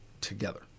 together